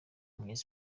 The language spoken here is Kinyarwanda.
w’umunya